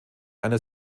einer